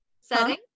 Setting